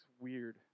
weird